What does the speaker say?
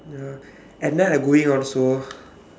ya and then I going out also